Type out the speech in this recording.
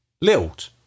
Lilt